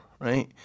right